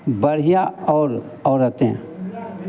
बढ़ियाँ और औरतें